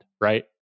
right